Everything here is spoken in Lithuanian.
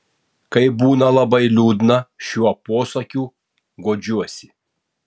kai būna labai liūdna šiuo posakiu guodžiuosi